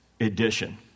edition